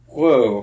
Whoa